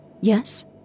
yes